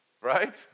Right